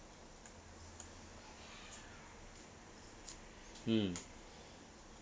mm